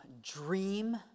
dream